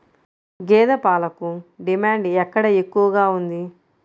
గేదె పాలకు డిమాండ్ ఎక్కడ ఎక్కువగా ఉంది?